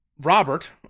Robert